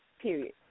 Period